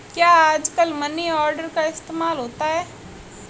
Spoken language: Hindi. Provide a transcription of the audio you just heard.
क्या आजकल मनी ऑर्डर का इस्तेमाल होता है?